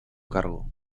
cargo